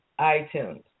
iTunes